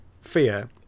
fear